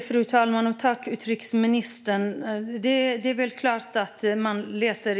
Fru talman!